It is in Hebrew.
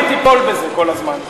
אל תיפול בזה כל הזמן.